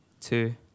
two